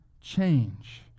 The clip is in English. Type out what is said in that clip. change